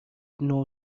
نوع